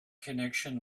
connection